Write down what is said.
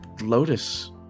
Lotus